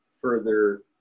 further